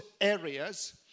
areas